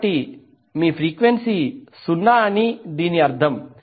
కాబట్టి మీ ఫ్రీక్వెన్సీ 0 అని దీని అర్థం